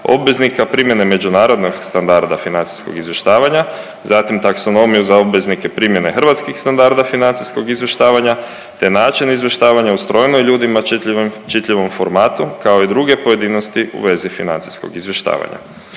obveznika primjene međunarodnog standarda financijskog izvještavanja, zatim taksonomiju za obveznike primjene hrvatskih standarda financijskog izvještavanja te način izvještavanja u strojno i ljudima čitljivom formatu, kao i druge pojedinosti u vezi financijskog izvještavanja.